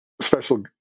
Special